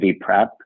PrEP